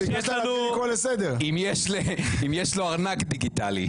איך זה הגיוני?